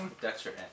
Dexter